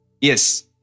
Yes